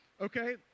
Okay